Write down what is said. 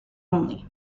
only